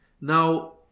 Now